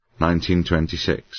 1926